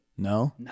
No